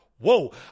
Whoa